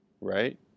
Right